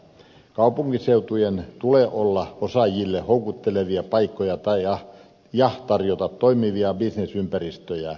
kaupunkiseutujen tulee olla osaajille houkuttelevia paikkoja ja tarjota toimivia bisnesympäristöjä